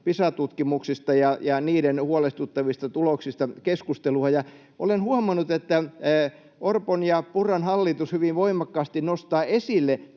Pisa-tutkimuksista ja niiden huolestuttavista tuloksista keskustelua. Olen huomannut, että Orpon ja Purran hallitus hyvin voimakkaasti nostaa esille